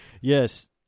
yes